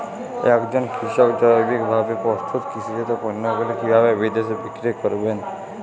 একজন কৃষক জৈবিকভাবে প্রস্তুত কৃষিজাত পণ্যগুলি কিভাবে বিদেশে বিক্রি করবেন?